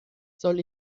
soll